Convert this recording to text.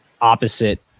opposite